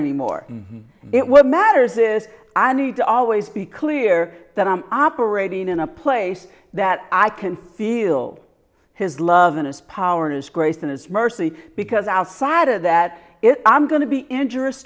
anymore it what matters is i need to always be clear that i'm operating in a place that i can feel his love and his power and his grace and his mercy because outside of that if i'm going to be interest